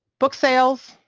book sales,